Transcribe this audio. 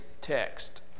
text